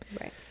Right